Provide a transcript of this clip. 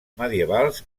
medievals